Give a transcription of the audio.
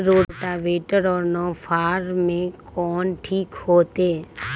Rotavator और नौ फ़ार में कौन ठीक होतै?